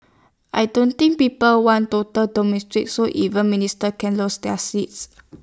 I don't think people want total so even minister can lose their seats